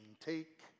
Take